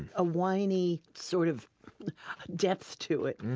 a winy sort of depth to it.